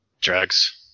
drugs